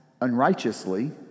unrighteously